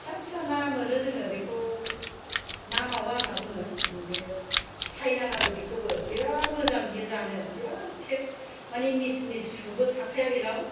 फिसा फिसा ना मोनो जोङो बेखौ ना मावा होनना बुङो ओमफ्राय सायनाङाबो बेखौबो बिराद मोजां बेयो जानो बिराद टेस्ट माने मिस मिस सुबो थाखाया बेनाव